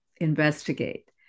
investigate